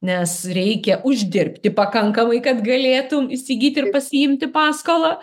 nes reikia uždirbti pakankamai kad galėtum įsigyt ir pasiimti paskolą